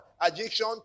Addiction